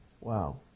Wow